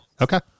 okay